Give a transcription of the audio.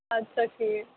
اَدٕ سا ٹھیٖک